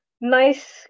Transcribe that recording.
nice